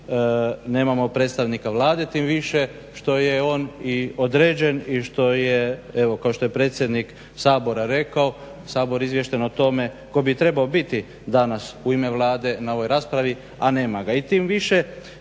nemamo predstavnika Vlade, tim više što je on i određen i što je evo kao što je predsjednik Sabora rekao, Sabor izviješten o tome tko bi trebao biti danas u ime Vlade na ovoj raspravi, a nema ga.